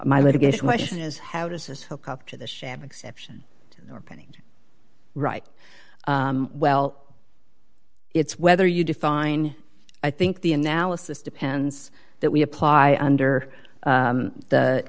my litigation question is how does this helicopter the ship exception are pending right well it's whether you define i think the analysis depends that we apply under